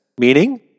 meaning